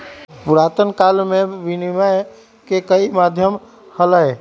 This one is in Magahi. पुरातन काल में विनियम के कई माध्यम हलय